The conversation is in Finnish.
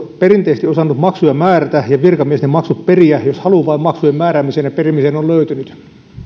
perinteisesti osannut maksuja määrätä ja virkamiehet ne maksut periä jos halua vaan maksujen määräämiseen ja perimiseen on löytynyt